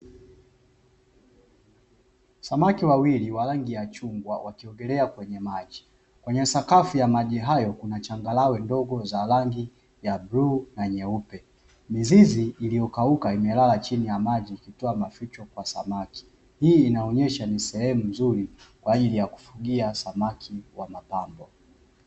Samaki wawili wa rangi ya chungwa wakiogeea kwenye maji, kwenye sakafu ya maji hayo kuna changarawe ndogo za rangi ya bluu na nyeupe, mizizi iliyokauka imelala chini ya mji ikitoa maficho kwa samaki, hii inaonyesha ni sehemu nzuri kwa ajili ya kufugia samaki wa pambo.